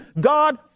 God